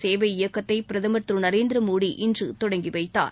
சேவை இயக்கத்தை பிரதமர் திரு நரேந்திர மோடி இன்று தொடங்கி வைத்தார்